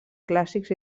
clàssics